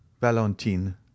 Valentine